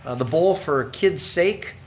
and the bowl for kids sake,